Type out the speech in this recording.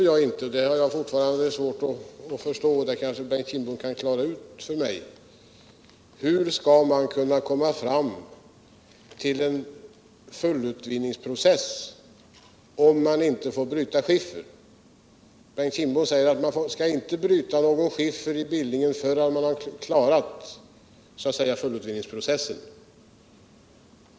Jag har fortfarande svårt att förstå, men det kanske Bengt Kindbom kan klara ut, hur man skall kunna komma fram till en fullutvinningsprocess om man inte får bryta skiffer. Bengt Kindbom säger att man inte skall bryta någon skiffer i Billingen förrän man har klarat fullutvinningsprocessen.